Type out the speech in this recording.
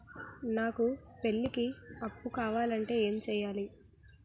నాకు పెళ్లికి అప్పు కావాలంటే ఏం చేయాలి?